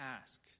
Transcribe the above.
ask